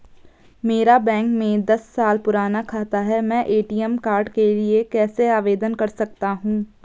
मेरा बैंक में दस साल पुराना खाता है मैं ए.टी.एम कार्ड के लिए कैसे आवेदन कर सकता हूँ?